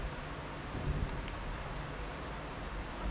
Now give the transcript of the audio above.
ah